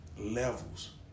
levels